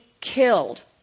killed